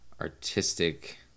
artistic